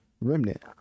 remnant